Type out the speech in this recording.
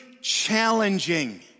challenging